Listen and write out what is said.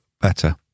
better